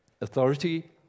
Authority